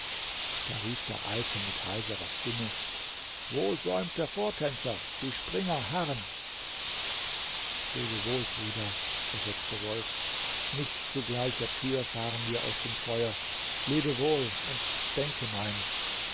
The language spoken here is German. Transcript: da rief der alte mit heiserer stimme wo säumt der vortänzer die springer harren lebe wohl frida versetzte wolf nicht zu gleicher tür fahren wir aus dem feuer lebe wohl und denke mein